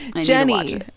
jenny